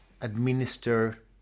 administer